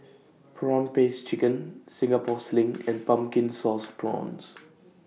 Prawn Paste Chicken Singapore Sling and Pumpkin Sauce Prawns